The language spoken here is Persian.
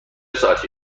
ساعتی